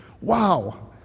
wow